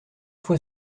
fois